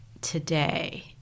today